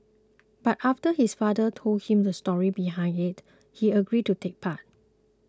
but after his father told him the story behind it he agreed to take part